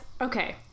Okay